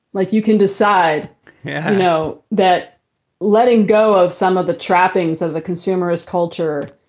like you can decide. yeah, i know that letting go of some of the trappings of a consumer is culture.